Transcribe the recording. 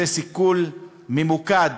זה סיכול ממוקד